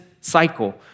cycle